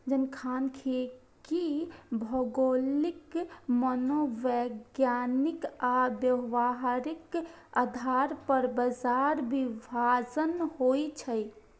जनखांख्यिकी भौगोलिक, मनोवैज्ञानिक आ व्यावहारिक आधार पर बाजार विभाजन होइ छै